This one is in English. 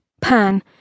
Pan